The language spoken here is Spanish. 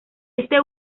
este